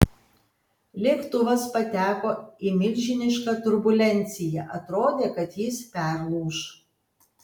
lėktuvas pateko į milžinišką turbulenciją atrodė kad jis perlūš